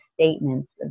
statements